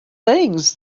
things